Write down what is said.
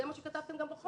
זה מה שכתבתם גם בחוק.